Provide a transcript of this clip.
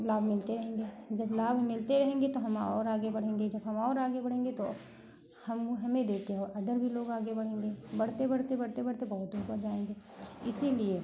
लाभ मिलते रहेंगे जब लाभ मिलते रहेंगे हम और आगे बढ़ेंगे जब हम और आगे बढ़ेंगे तो हम हमें देख के अदर भी लोग आगे बढ़ेंगे बढ़ते बढ़ते बढ़ते बढ़ते बहुत निकल जाएंगे इसीलिए